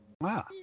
Wow